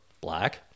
black